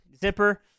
zipper